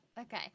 Okay